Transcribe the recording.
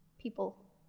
people